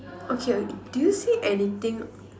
okay do you see anything